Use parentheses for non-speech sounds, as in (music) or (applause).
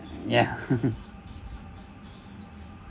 ya (laughs)